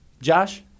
Josh